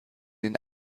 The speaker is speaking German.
den